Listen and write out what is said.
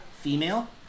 female